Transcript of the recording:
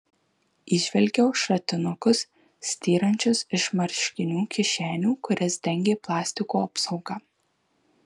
įžvelgiau šratinukus styrančius iš marškinių kišenių kurias dengė plastiko apsauga